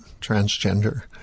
transgender